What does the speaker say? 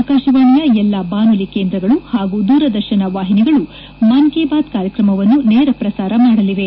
ಆಕಾಶವಾಣಿಯ ಎಲ್ಲಾ ಬಾನುಲಿ ಕೇಂದ್ರಗಳು ಹಾಗೂ ದೂರದರ್ಶನ ವಾಹಿನಿಗಳು ಮನ್ ಕಿ ಬಾತ್ ಕಾರ್ಯಕ್ರಮವನ್ನು ನೇರ ಪ್ರಸಾರ ಮಾಡಲಿವೆ